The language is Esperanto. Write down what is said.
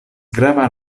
grava